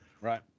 Right